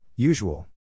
Usual